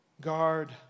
guard